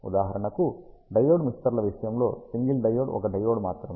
ఉదాహరణకు డయోడ్ మిక్సర్ల విషయంలో సింగిల్ డయోడ్ ఒక డయోడ్ మాత్రమే